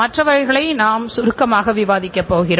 வருமான நிலையிலும் மாற்றங்கள் வந்த வண்ணம் உள்ளன